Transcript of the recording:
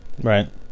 Right